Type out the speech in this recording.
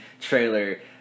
trailer